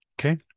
okay